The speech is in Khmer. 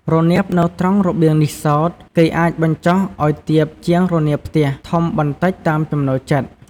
រនាបនៅត្រង់របៀងនេះសោត គេអាចបញ្ចុះឱ្យទាបជាងរនាបផ្ទះធំបន្តិចតាមចំណូលចិត្ត។